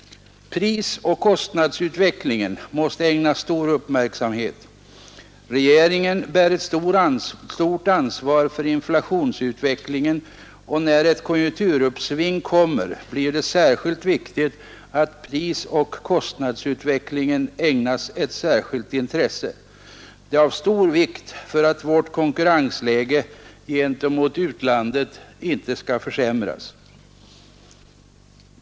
Prisoch kostnadsutvecklingen måste ägnas stor uppmärksamhet. Regeringen bär ett stort ansvar för inflationsutvecklingen, och när ett konjunkturuppsving kommer blir det särskilt viktigt att prisoch kostnadsutvecklingen ägnas ett särskilt intresse. Detta är av stor vikt för att vårt konkurrensläge gentemot utlandet inte skall försämras.